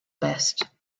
best